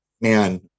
Man